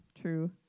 true